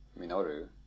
Minoru